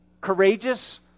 courageous